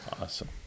Awesome